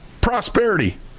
Prosperity